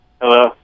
Hello